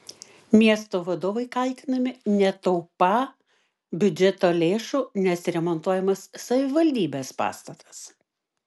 miesto vadovai kaltinami netaupą biudžeto lėšų nes remontuojamas savivaldybės pastatas